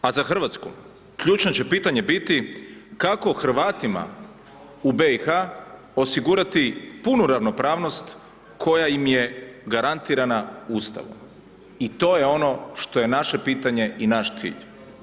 A za Hrvatsku, ključno će pitanje biti, kako Hrvatima u BIH, osigurati punu ravnopravnost koja im je garantirana Ustavom i to je ono što je naše pitanje i naš cilj.